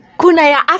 kunaya